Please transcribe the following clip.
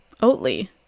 oatly